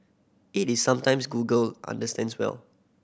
it is sometimes Google understands well